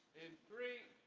in three,